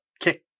kick